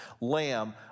lamb